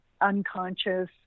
unconscious